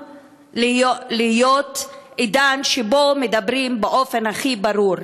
להיות עידן שבו מדברים באופן הכי ברור,